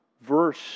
verse